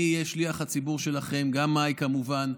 אני אהיה שליח הציבור שלכם, וגם מאי, כמובן.